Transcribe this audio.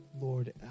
Lord